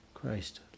Christ